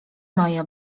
moje